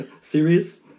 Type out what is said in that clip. serious